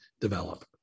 develop